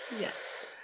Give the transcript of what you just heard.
Yes